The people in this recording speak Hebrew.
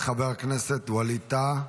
חבר הכנסת ווליד טאהא,